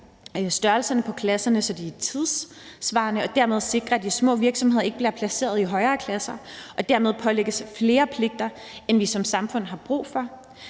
størrelserne på klasserne, så de er tidssvarende, og vi dermed sikrer, at de små virksomheder ikke bliver placeret i højere klasser og dermed pålægges flere pligter, end vi som samfund har brug for.